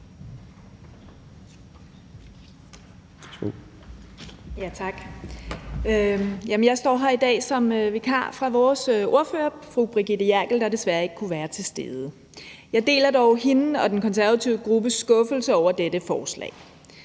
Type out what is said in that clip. Jeg står her i dag som vikar for vores ordfører, fru Brigitte Klintskov Jerkel, der desværre ikke kan være til stede. Jeg deler dog hendes og den konservative gruppes skuffelse over dette forslag.